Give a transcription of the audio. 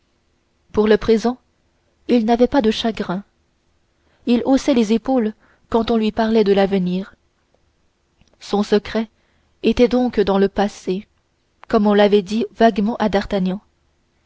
pour le présent il n'avait pas de chagrin il haussait les épaules quand on lui parlait de l'avenir son secret était donc dans le passé comme on l'avait dit vaguement à d'artagnan